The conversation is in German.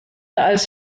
als